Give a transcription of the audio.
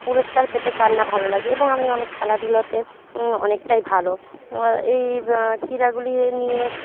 পুরস্কার পেতে কার না ভালো লাগে এবং আমি অনেক খেলাধুলোতে অনেকটাই ভালো এই ক্রীড়াগুলি নিয়ে